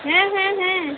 ᱦᱮᱸ ᱦᱮᱸ ᱦᱮᱸ